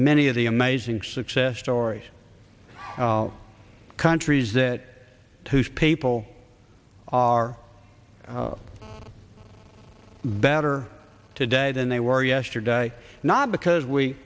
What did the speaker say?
many of the amazing success stories countries that whose people are better today than they were yesterday not because we